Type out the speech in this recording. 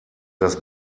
das